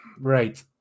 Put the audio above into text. right